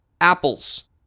apples